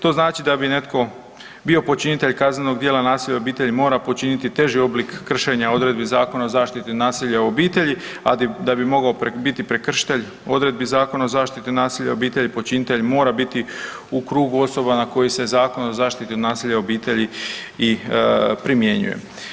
To znači da bi netko bio počinitelj kaznenog djela nasilja u obitelji mora počiniti teži oblik kršenja odredbi Zakona o zaštiti od nasilja u obitelji, a da bi mogao biti prekršitelj odredbi Zakona o zaštiti od nasilja u obitelji počinitelj mora biti u krugu osoba na koji se Zakona o zaštiti od nasilja u obitelji i primjenjuje.